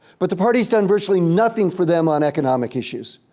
but the party's done virtually nothing for them on economic issues.